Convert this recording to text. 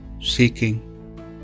seeking